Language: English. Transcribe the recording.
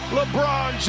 LeBron